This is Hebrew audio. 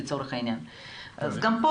אז גם פה,